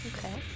Okay